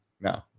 No